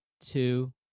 two